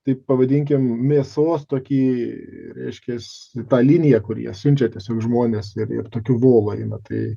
taip pavadinkim mėsos tokį reiškiasi tą liniją kur jie siunčia tiesiog žmones ir ir tokiu volu eina tai